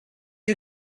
you